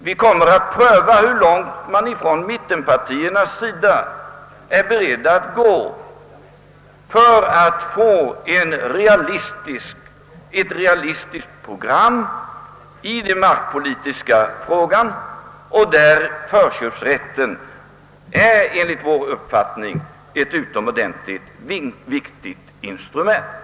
Vi kommer att pröva hur långt man från mittenpartiernas sida är beredd att gå för att åstadkomma ett realistiskt program i den markpolitiska frågan, där förköpsrätten enligt vår uppfattning är ett utomordentligt viktigt instrument.